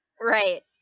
right